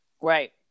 Right